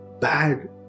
bad